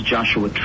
Joshua